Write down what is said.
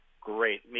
great